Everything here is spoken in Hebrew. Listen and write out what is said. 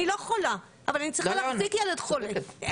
אני לא חולה אבל אני צריכה להחזיק ילד חולה.